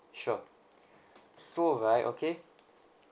sure so right okay